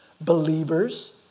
believers